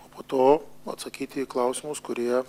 o po to atsakyti į klausimus kurie